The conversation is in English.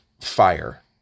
fire